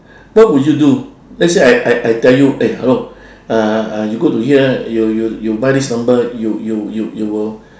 what would you do let's say I I I tell you eh hello uh uh you go to here you you you buy this number you you you you will